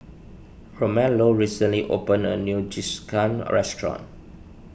Romello recently opened a new Jingisukan restaurant